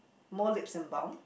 more leaps and bound